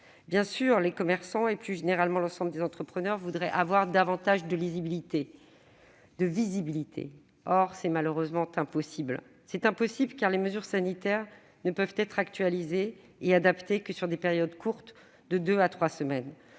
finances. Les commerçants, plus généralement l'ensemble des entrepreneurs, voudraient avoir davantage de visibilité. C'est malheureusement impossible, car les mesures sanitaires ne peuvent être actualisées et adaptées que sur des périodes courtes de deux à trois semaines,